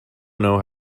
know